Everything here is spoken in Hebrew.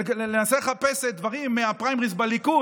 לנסות לחפש דברים מהפריימריז בליכוד?